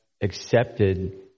accepted